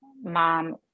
mom